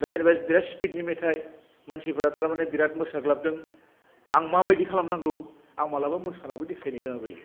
दा जेनेबा बिराद स्पिदनि मेथाइ मानसिफ्रा थारमानि बिराद मोसा ग्लाबदों आं माबायदि खालामनांगौ आं मालाबा मोसानाबो देखायनांगौ जायो